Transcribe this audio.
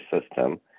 system